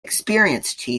experienced